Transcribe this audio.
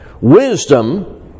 Wisdom